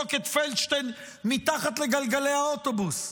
לזרוק את פלדשטיין מתחת לגלגלי האוטובוס,